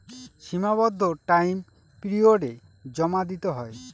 সীমাবদ্ধ টাইম পিরিয়ডে জমা দিতে হয়